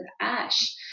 ash